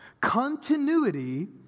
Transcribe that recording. Continuity